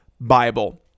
Bible